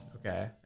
Okay